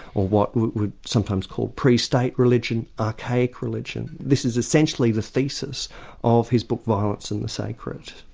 or what we'd sometimes call pre-state religion, archaic religion. this is essentially the thesis of his book violence and the sacred.